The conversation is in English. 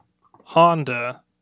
Honda